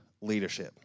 leadership